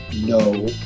no